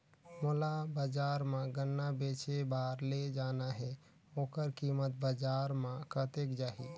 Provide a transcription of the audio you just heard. मोला बजार मां गन्ना बेचे बार ले जाना हे ओकर कीमत बजार मां कतेक जाही?